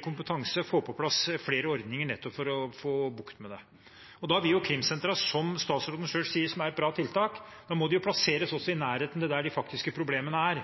kompetanse, få på plass flere ordninger nettopp for å få bukt med det. Da må jo a-krimsentrene, som statsråden selv sier er et bra tiltak, plasseres i nærheten av der de faktiske problemene er,